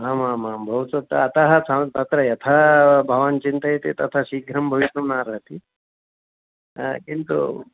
आमामां अतः तत्र यथा भवान् चिन्तयति तथा शीघ्रं भवितुं नार्हति किन्तु